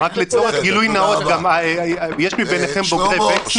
רק לצורך גילוי נאות, יש ביניכם בוגרי וקסנר?